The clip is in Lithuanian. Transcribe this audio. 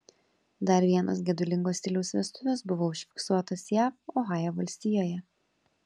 dar vienos gedulingo stiliaus vestuvės buvo užfiksuotos jav ohajo valstijoje